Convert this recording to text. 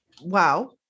Wow